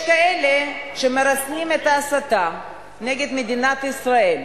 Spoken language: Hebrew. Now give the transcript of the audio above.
כאלה שמרסנים את ההסתה נגד מדינת ישראל,